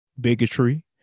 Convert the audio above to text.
bigotry